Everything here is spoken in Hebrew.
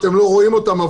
אתם לא רואים אותם,